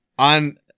On